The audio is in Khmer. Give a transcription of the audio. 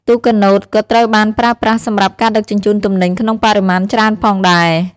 ទូកកាណូតក៏ត្រូវបានប្រើប្រាស់សម្រាប់ការដឹកជញ្ជូនទំនិញក្នុងបរិមាណច្រើនផងដែរ។